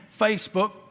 Facebook